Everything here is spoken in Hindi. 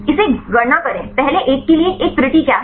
इसे गणना करें पहले एक के लिए एक त्रुटि क्या है